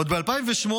עוד ב-2008,